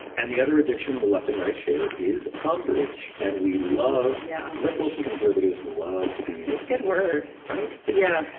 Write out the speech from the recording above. and the other addiction the left and right here is umbrage. and we love yeah um liberals and conservatives love to be a good word right. yeah.